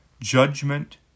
judgment